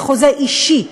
זה חוזה אישי,